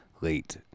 late